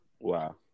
Wow